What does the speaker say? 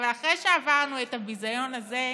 אבל, אחרי שעברנו את הביזיון הזה,